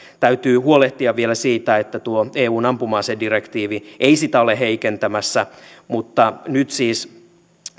täytyy huolehtia vielä siitä että tuo eun ampuma asedirektiivi ei sitä ole heikentämässä mutta nyt siis